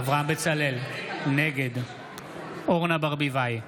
אברהם בצלאל, נגד אורנה ברביבאי,